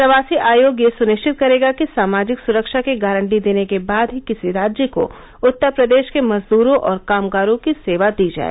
प्रवासी आयोग ये सुनिश्चित करेगा कि सामाजिक सुरक्षा की गारंटी देने के बाद ही किसी राज्य को उत्तर प्रदेश के मजदूरों और कामगारों की सेवा दी जाए